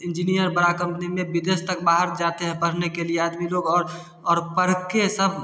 engineer बड़ा company में विदेश तक बाहर जाते हैं पढ़ने के लिए आदमी लोग और और पढ़ के सब